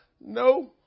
no